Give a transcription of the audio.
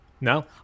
No